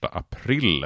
april